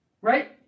Right